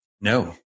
No